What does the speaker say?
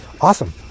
Awesome